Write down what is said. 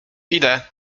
idę